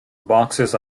boxes